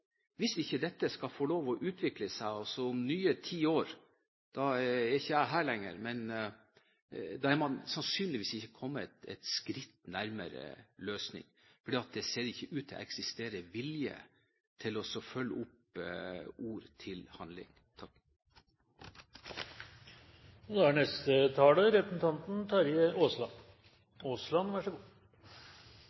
hvis dette ikke skal få utvikle seg. Om nye ti år er ikke jeg her lenger, men da er man sannsynligvis ikke kommet et skritt nærmere løsning, fordi det ikke ser ut til å eksistere vilje til å følge opp ord med handling. Jeg skal ikke forlenge debatten på noen måte. Jeg bare konstaterer et par ting. For det første er